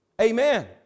amen